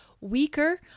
weaker